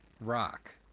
rock